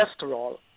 cholesterol